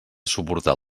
suportar